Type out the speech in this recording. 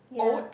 oats